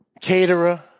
caterer